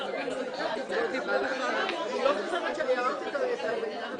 למרות שאמרתי שזה יהיה ב-12:20.